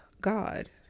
God